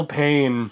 pain